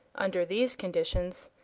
under these conditions,